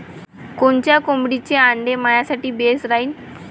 कोनच्या कोंबडीचं आंडे मायासाठी बेस राहीन?